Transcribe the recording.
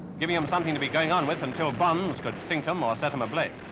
giving them something to be going on with until bombs could sink them or set them ablaze.